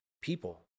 people